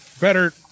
better